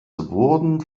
wurden